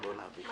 אנחנו